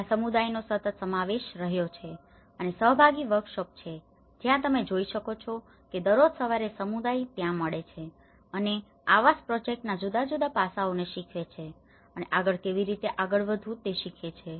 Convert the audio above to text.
ત્યાં સમુદાયનો સતત સમાવેશ રહ્યો છે અને સહભાગી વર્કશોપ છે જ્યાં તમે જોઈ શકો છો કે દરરોજ સવારે સમુદાય ત્યાં મળે છે અને આવાસ પ્રોજેક્ટના જુદા જુદા પાસાઓને શીખે છે અને આગળ કેવી રીતે આગળ વધવું તે શીખે છે